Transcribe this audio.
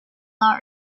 not